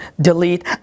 delete